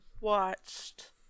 watched